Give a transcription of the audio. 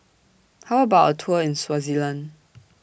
How about A Tour in Swaziland